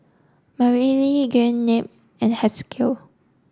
Mareli Gwyneth and Haskell